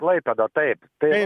klaipėda taip tai va